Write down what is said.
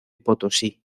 potosí